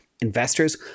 investors